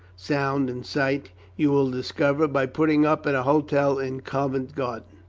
sound, and sight you will discover by putting up at a hotel in covent garden.